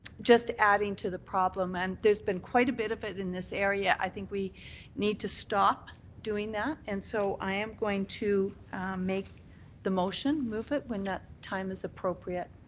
just adding to the problem, and there has been quite a bit of it in this area. i think we need to stop doing that, and so i am going to make the motion, move it when that time is appropriate.